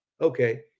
Okay